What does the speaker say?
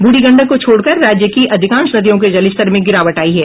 बूढ़ी गंडक को छोड़कर राज्य की अधिकांश नदियों के जलस्तर में गिरावट आयी है